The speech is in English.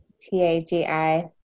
T-A-G-I